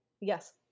yes